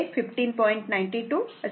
2 j 15